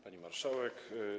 Pani Marszałek!